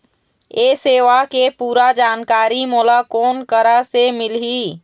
ये सेवा के पूरा जानकारी मोला कोन करा से मिलही?